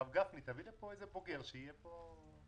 הרב גפני, תביא לפה איזה בוגר של אגף התקציבים.